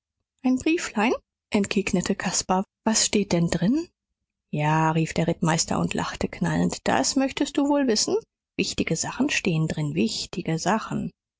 ein brieflein entgegnete caspar was steht denn drinnen ja rief der rittmeister und lachte knallend das möchtest du wohl wissen wichtige sachen stehen drin wichtige sachen